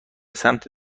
سمت